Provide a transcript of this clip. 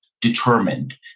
determined